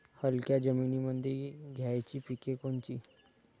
हलक्या जमीनीमंदी घ्यायची पिके कोनची?